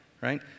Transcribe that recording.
right